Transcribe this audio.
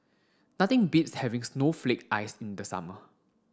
nothing beats having snowflake ice in the summer